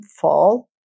fall